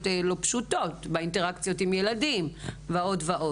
לא פשוטות באינטראקציות עם ילדים ועוד.